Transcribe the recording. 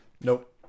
Nope